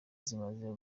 zimaze